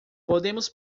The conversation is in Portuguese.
podemos